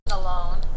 alone